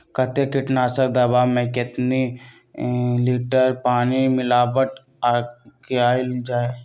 कतेक किटनाशक दवा मे कितनी लिटर पानी मिलावट किअल जाई?